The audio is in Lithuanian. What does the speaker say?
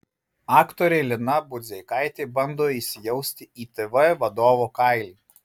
aktorė lina budzeikaitė bando įsijausti į tv vadovo kailį